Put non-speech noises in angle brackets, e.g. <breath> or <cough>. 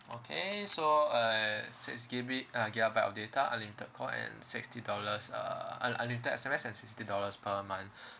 okay so uh six G_B uh gigabyte of data unlimited call and sixty dollars uh I mean un~ unlimited S_M_S and sixty dollars per month <breath>